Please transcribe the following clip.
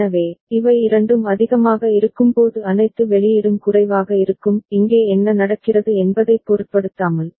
எனவே இவை இரண்டும் அதிகமாக இருக்கும்போது அனைத்து வெளியீடும் குறைவாக இருக்கும் இங்கே என்ன நடக்கிறது என்பதைப் பொருட்படுத்தாமல்